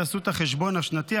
תעשו את החשבון השנתי,